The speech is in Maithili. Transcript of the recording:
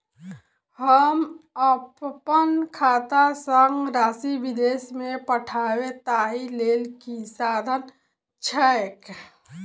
हम अप्पन खाता सँ राशि विदेश मे पठवै ताहि लेल की साधन छैक?